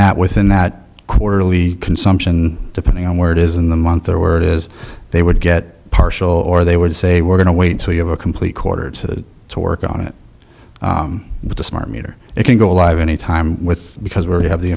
that within that quarterly consumption depending on where it is in the month or were it is they would get partial or they would say we're going to wait until you have a complete quarter to to work on it with a smart meter you can go live anytime with because we